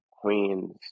Queens